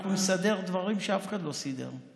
אנחנו נסדר דברים שאף אחד לא סידר.